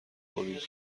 کنید